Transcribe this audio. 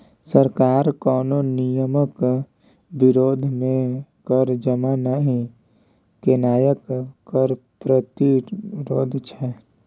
सरकार कोनो नियमक विरोध मे कर जमा नहि केनाय कर प्रतिरोध छै